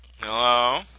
Hello